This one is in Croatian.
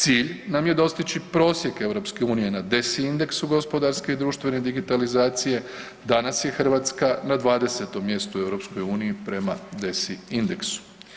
Cilj nam je dostići prosjek EU na desindeksu gospodarske i društvene digitalizacije, danas je Hrvatska na 20. mjestu u EU prema desindeksu.